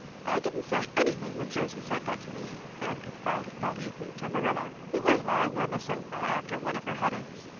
i didn't say anything when josie said that to me, anne confided that evening to marilla, who was lying on the sofa after one of her headaches,